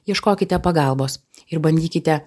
ieškokite pagalbos ir bandykite